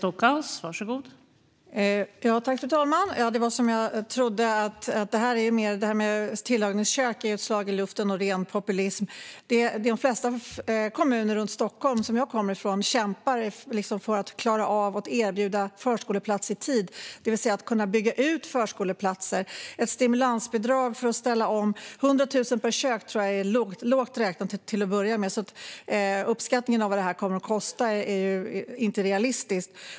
Fru talman! Som jag trodde är förslaget om tillagningskök ett slag i luften och ren populism. De flesta kommuner runt Stockholm, som jag kommer ifrån, kämpar för att klara av att erbjuda förskoleplats i tid, det vill säga bygga ut antalet förskoleplatser. Ett stimulansbidrag på 100 000 per kök för att ställa om tror jag till att börja med är lågt räknat. Uppskattningen av vad detta kommer att kosta är inte realistisk.